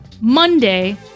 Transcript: Monday